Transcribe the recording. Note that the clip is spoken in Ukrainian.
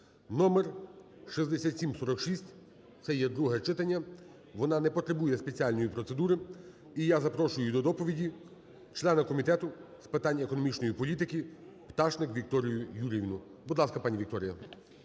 (№ 6746). Це є друге читання, воно не потребує спеціальної процедури. І я запрошую для доповіді члена Комітету з питань економічної політики Пташник Вікторію Юріївну. Будь ласка, пані Вікторіє.